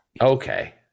Okay